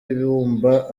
ibumba